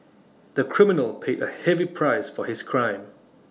the criminal paid A heavy price for his crime